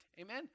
Amen